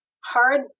hard